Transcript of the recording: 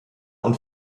und